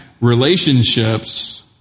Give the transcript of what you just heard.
relationships